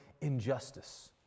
injustice